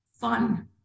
fun